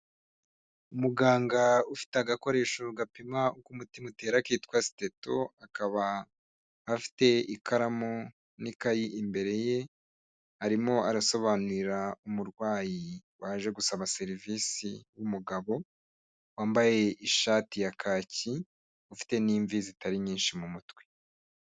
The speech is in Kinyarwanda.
Umuganga ufite agakoresho gapima k'umutima utera kitwa sitetu akaba afite ikaramu n'ikayi imbere ye arimo arasobanurira umurwayi waje gusaba serivisi w'umugabo wambaye ishati ya kaki ufite n'ivi zitari nyinshi mu mutwe.